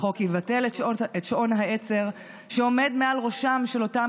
החוק יבטל את שעון העצר שעומד מעל ראשם של אותם